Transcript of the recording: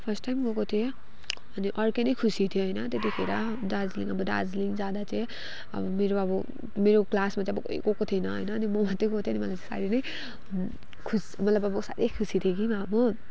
first time गएको थिएँ अनि अर्कै नै खुसी थियो होइन त्यतिखेर दार्जिलिङ अब दार्जिलिङ जाँदा चाहिँ अब मेरो अब मेरो क्लासमा चाहिँ कोही गएको थिएन होइन अनि म मात्रै गएको थिएँ अनि मलाई चाहिँ साह्रै खुस मतलब अब साह्रै नै खुसी थिएँ कि म अब